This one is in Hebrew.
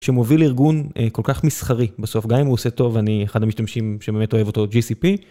שמוביל ארגון כל כך מסחרי בסוף, גם אם הוא עושה טוב, אני אחד המשתמשים שבאמת אוהב אותו, GCP.